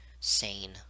sane